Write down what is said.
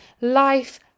life